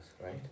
right